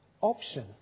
option